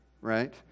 right